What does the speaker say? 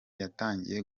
yatangiye